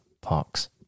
parks